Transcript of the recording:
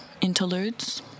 interludes